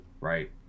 right